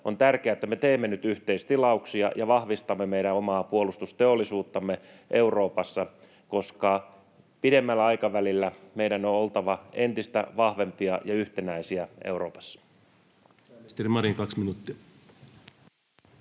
on tärkeää, että me teemme nyt yhteistilauksia ja vahvistamme meidän omaa puolustusteollisuuttamme Euroopassa, koska pidemmällä aikavälillä meidän on oltava entistä vahvempia ja yhtenäisiä Euroopassa.